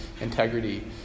integrity